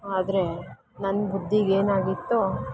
ಆದರೆ ನನ್ನ ಬುದ್ದಿಗೆ ಏನಾಗಿತ್ತೋ